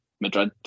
Madrid